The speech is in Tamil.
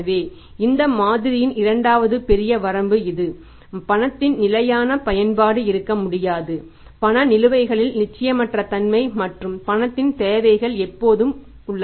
எனவே இந்த மாதிரியின் இரண்டாவது பெரிய வரம்பு இது பணத்தின் நிலையான பயன்பாடு இருக்க முடியாது பண நிலுவைகளில் நிச்சயமற்ற தன்மை மற்றும் பணத்தின் தேவைகள் எப்போதும் உள்ளன